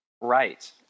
Right